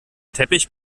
teppich